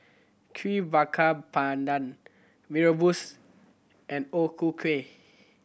Kuih Bakar Pandan Mee Rebus and O Ku Kueh